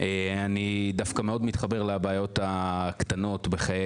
אני דווקא מאוד מתחבר לבעיות הקטנות בחיי